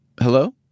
hello